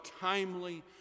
timely